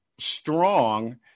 Strong